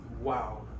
Wow